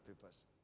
papers